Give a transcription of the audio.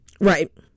Right